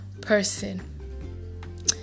person